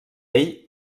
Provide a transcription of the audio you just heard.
ell